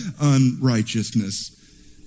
unrighteousness